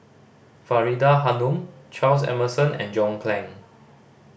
Faridah Hanum Charles Emmerson and John Clang